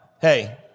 Hey